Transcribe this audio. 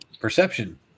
perception